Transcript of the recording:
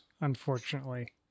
unfortunately